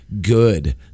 good